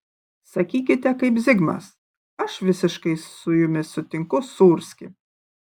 sakykite kaip zigmas aš visiškai su jumis sutinku sūrski